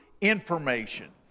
information